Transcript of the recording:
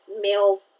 male